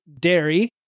dairy